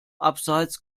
abseits